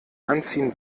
anziehen